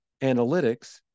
analytics